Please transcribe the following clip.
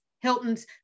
hilton's